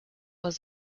was